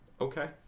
Okay